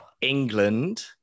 England